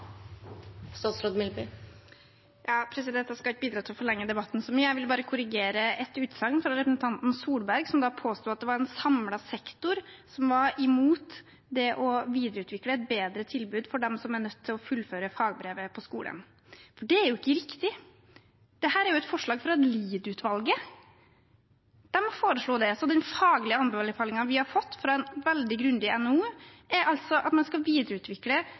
Jeg skal ikke bidra til å forlenge debatten så mye, jeg vil bare korrigere et utsagn fra representanten Tvedt Solberg, som påstod at det var en samlet sektor som var imot det å videreutvikle et bedre tilbud for dem som er nødt til å fullføre fagbrevet på skolen. Det er ikke riktig. Dette er et forslag fra Lied-utvalget. De foreslo det. Så den faglige anbefalingen vi har fått fra en veldig grundig NOU, er altså at man skal videreutvikle